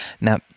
Now